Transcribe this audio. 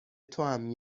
توام